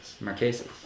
Marquesas